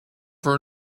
for